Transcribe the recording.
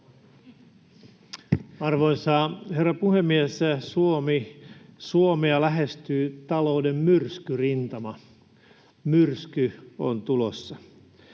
Arvoisa herra puhemies! Suomea lähestyy talouden myrskyrintama — myrsky on tulossa.